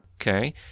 Okay